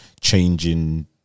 changing